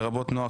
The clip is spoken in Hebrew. לרבות הנוער,